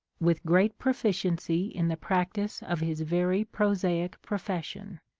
with great proficiency in the practice of his very prosaic profession.